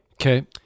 Okay